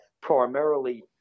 primarily